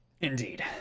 Indeed